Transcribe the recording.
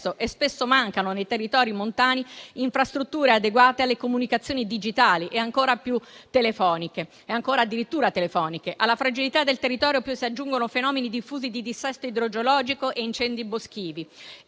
e spesso mancano, nei territori montani, infrastrutture adeguate alle comunicazioni digitali e ancora addirittura telefoniche. Alla fragilità del territorio si aggiungono fenomeni diffusi di dissesto idrogeologico e incendi boschivi.